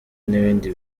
n’ibindi